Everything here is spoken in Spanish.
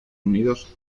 unidos